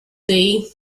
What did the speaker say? day